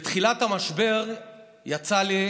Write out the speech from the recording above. בתחילת המשבר יצא לי